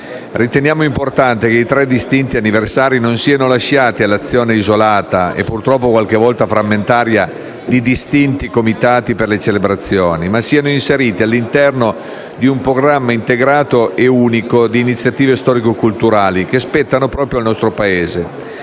Riteniamo importante che i tre distinti anniversari non siano lasciati all'azione isolata e purtroppo qualche volta frammentaria di distinti comitati per le celebrazioni, ma inseriti all'interno di un programma integrato e unico di iniziative storico-culturali che spettano proprio al nostro Paese,